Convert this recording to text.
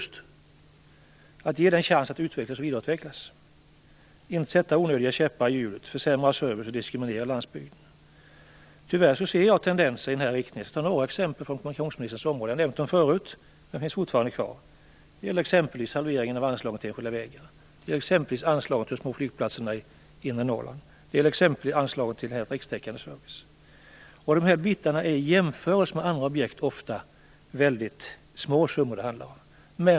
Vi måste ge landsbygden en chans att utvecklas och vidareutvecklas, och inte sätta onödiga käppar i hjulet, försämra servicen och diskriminera landsbygden. Tyvärr ser jag tendenser i den riktningen. Jag skall ta några exempel på detta från kommunikationsministerns svar. Jag har nämnt dem förut, och de finns fortfarande kvar. Det gäller exempelvis halveringen av anslagen till enskilda vägar, anslaget till de små flygplatserna i inre Norrland och anslagen till en rikstäckande service. Dessa summor är i jämförelse med andra objekt ofta väldigt små.